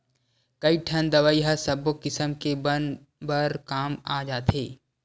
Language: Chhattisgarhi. कइठन दवई ह सब्बो किसम के बन बर काम आ जाथे